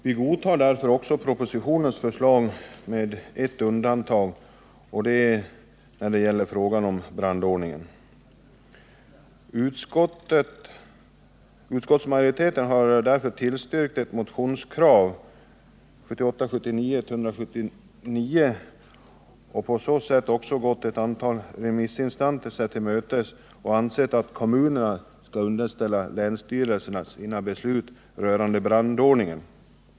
Därför godtar vi också med ett undantag regeringens förslag. Detta undantag gäller frågan om brandordningen. Utskottsmajoriteten har av den anledningen tillstyrkt kraven i motionen 1978/79:179 och på så sätt också gått ett antal remissinstanser till mötes. Enligt förslaget skall kommunerna underställa länsstyrelserna sina beslut rörande brandordningen.